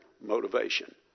motivation